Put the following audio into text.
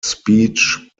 speech